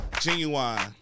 Genuine